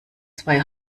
zwei